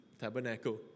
tabernacle